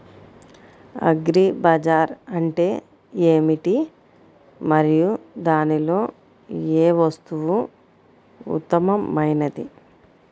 Agri bazaar అంటే ఏమిటి మరియు దానిలో ఏ వస్తువు ఉత్తమమైనది?